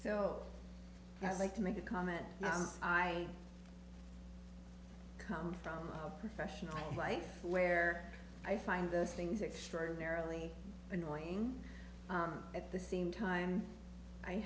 so i'd like to make a comment now i come from a professional life where i find those things extraordinarily annoying at the same time i